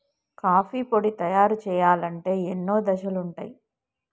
coffee పొడి తయారు చేయాలంటే ఎన్నో దశలుంటయ్